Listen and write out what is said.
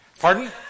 Pardon